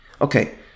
Okay